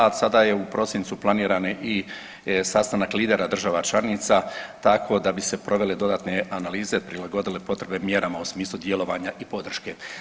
A sada je u prosincu planiran i sastanak lidera država članica tako da bi se provele dodatne analize, prilagodile potrebe mjerama u smislu djelovanja i podrške.